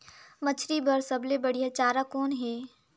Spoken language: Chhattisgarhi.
मछरी बर सबले बढ़िया चारा कौन हे?